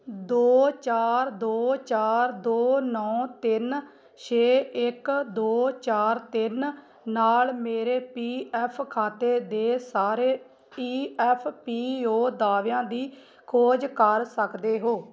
ਦੋ ਚਾਰ ਦੋ ਚਾਰ ਦੋ ਨੌਂ ਤਿੰਨ ਛੇ ਇੱਕ ਦੋ ਚਾਰ ਤਿੰਨ ਨਾਲ ਮੇਰੇ ਪੀ ਐਫ ਖਾਤੇ ਦੇ ਸਾਰੇ ਈ ਐਫ ਪੀ ਓ ਦਾਅਵਿਆਂ ਦੀ ਖੋਜ ਕਰ ਸਕਦੇ ਹੋ